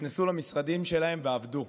נכנסו למשרדים שלהם ועבדו.